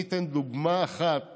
אני אתן דוגמה אחת